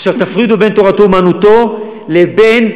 עכשיו, תפרידו בין תורתו-אומנותו לבין חרדים.